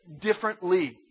differently